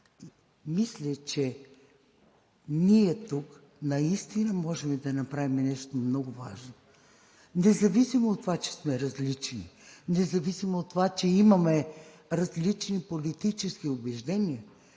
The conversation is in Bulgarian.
Мисля, че ние тук наистина можем да направим нещо много важно. Независимо от това, че сме различни, независимо от това, че имаме различни политически убеждения,